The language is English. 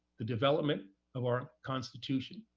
the development of our constitution.